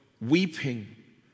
weeping